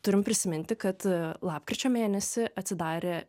turim prisiminti kad lapkričio mėnesį atsidarė